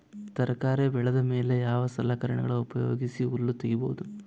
ತರಕಾರಿ ಬೆಳದ ಮೇಲೆ ಯಾವ ಸಲಕರಣೆಗಳ ಉಪಯೋಗಿಸಿ ಹುಲ್ಲ ತಗಿಬಹುದು?